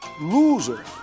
loser